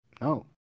no